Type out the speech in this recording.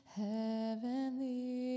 heavenly